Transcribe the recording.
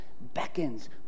beckons